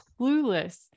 clueless